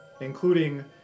including